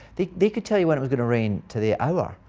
they they could tell you when it was going to rain to the hour.